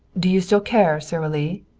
do you still care, sara lee?